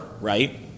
right